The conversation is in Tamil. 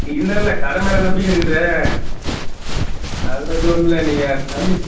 இல்லயில்ல கடை மேலே நம்பிக்கை இருக்குது அதைப் பற்றி ஒன்றும் இல்லை நீங்கள் தம்பி